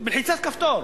בלחיצת כפתור.